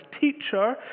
teacher